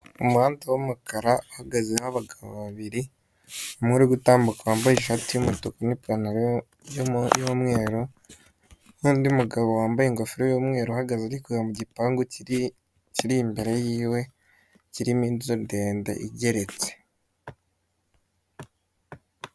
Umuhanda w'umukara uhagazemo abagabo babiri, umwe uri gutambuka wambaye ishati y'umutuku n'ipantaro y'umweru n'undi mugabo wambaye ingofero y'umweru uhagaze uri kureba mu gipangu kiri imbere yiwe kirimo inzu ndende igeretse.